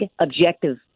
objective